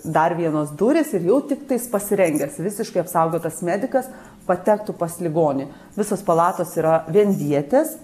dar vienos durys ir jau tiktais pasirengęs visiškai apsaugotas medikas patektų pas ligonį visos palatos yra vienvietės